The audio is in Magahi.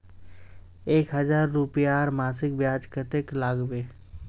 एक हजार रूपयार मासिक ब्याज कतेक लागबे?